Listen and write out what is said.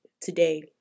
today